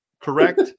correct